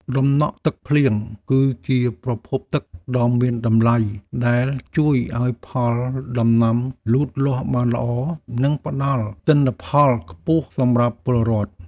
តំណក់ទឹកភ្លៀង គឺជាប្រភពទឹកដ៏មានតម្លៃដែលជួយឱ្យផលដំណាំលូតលាស់បានល្អ និងផ្តល់ទិន្នផលខ្ពស់សម្រាប់ពលរដ្ឋ។